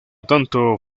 tanto